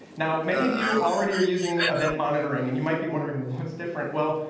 now, many of you already you're using event monitoring, and you might be wondering what's different. well,